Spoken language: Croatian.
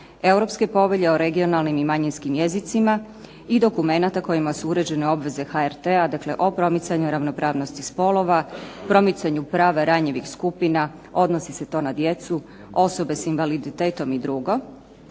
Europske povelje o regionalnim i manjinskim jezicima i dokumenata kojima su uređene obveze HRT-a, dakle o promicanju ravnopravnosti spolova, promicanju prava ranjivih skupina. Odnosi se to na djecu, osoba sa invaliditetom i drugo